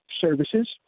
services